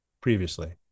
previously